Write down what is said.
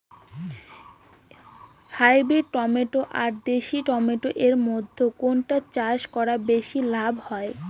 Hybrid tomato আর দেশি tomato এর মইধ্যে কোনটা চাষ করা বেশি লাভ হয়?